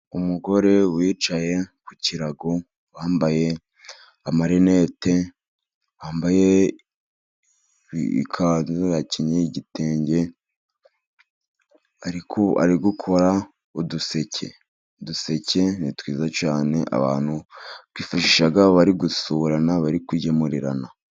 Umugore wicaye ku kirago wambaye amarinete, wambaye ikanzu akenyeye igitenge ari gukora uduseke. Uduseke ni twiza cyane, abantu batwifashisha bari gusurana bari kugemurirana.